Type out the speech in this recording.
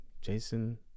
Jason